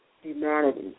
humanity